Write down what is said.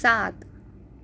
સાત